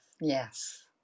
Yes